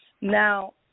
Now